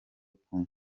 kunywa